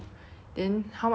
then how much you want